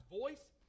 voice